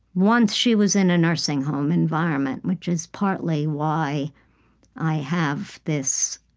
once she was in a nursing home environment, which is partly why i have this